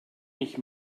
mich